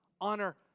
Honor